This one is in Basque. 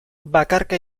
bakarka